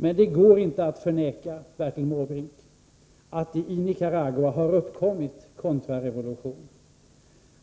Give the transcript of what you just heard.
Men det går inte att förneka att det i Nicaragua har uppkommit en kontrarevolution.